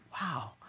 wow